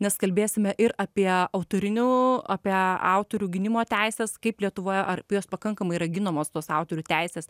nes kalbėsime ir apie autorinių apie autorių gynimo teises kaip lietuvoje ar jos pakankamai yra ginamos tos autorių teisės